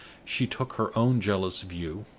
she took her own jealous view,